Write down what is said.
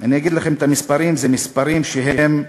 אני אגיד לכם את המספרים, זה מספרים שהם מדהימים.